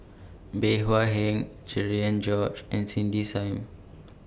Bey Hua Heng Cherian George and Cindy SIM